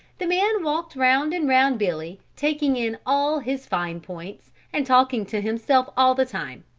the man walked round and round billy taking in all his fine points and talking to himself all the time,